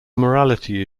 morality